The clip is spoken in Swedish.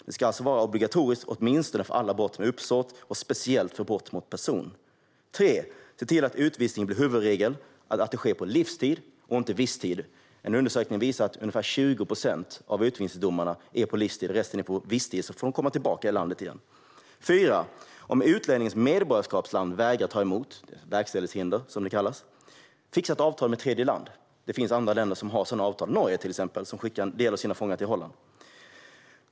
Det ska alltså vara obligatoriskt, åtminstone för alla brott med uppsåt och speciellt för brott mot person. Se till att utvisning blir huvudregeln och sker på livstid, inte visstid. En undersökning visar att ungefär 20 procent av utvisningsdomarna är på livstid. Resten är på visstid, och så får de komma tillbaka till landet igen. Om utlänningens medborgarskapsland vägrar ta emot - verkställighetshinder, som det kallas - fixa ett avtal med tredje land. Det finns andra länder som har sådana avtal. Norge skickar till exempel en del av sina fångar till Holland.